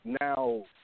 now